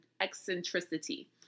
eccentricity